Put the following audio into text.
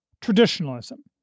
traditionalism